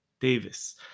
Davis